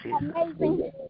amazing